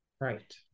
Right